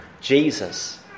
Jesus